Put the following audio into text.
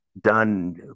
done